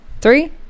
Three